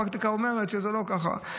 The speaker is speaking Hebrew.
הפרקטיקה אומרת שזה לא ככה.